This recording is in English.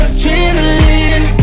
Adrenaline